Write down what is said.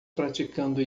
praticando